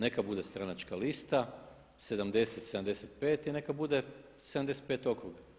Neka bude stranačka lista, 70, 75 i neka bude 75 okruga.